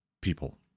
people